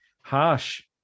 harsh